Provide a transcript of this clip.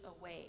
away